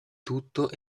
tutto